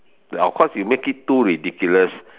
of course you make it too ridiculous